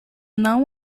não